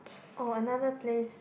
oh another place